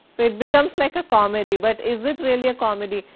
it becomes like a comedy but is it really a comedy?